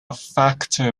factor